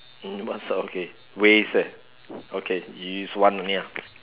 mm what so sort okay ways that okay you use one only lah